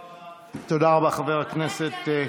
אמן,